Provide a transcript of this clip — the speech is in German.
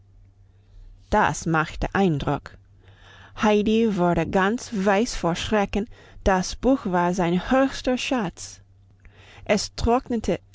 das machte eindruck heidi wurde ganz weiß vor schrecken das buch war sein höchster schatz es trocknete